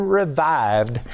revived